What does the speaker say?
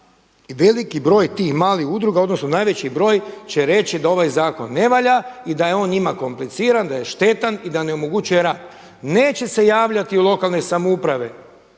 da veliki broj tih malih udruga odnosno najveći broj će reći da ovaj zakon ne valja i da je on njima kompliciran da je šteta i da ne omogućuje rad. Neće se javljati lokalne samouprave,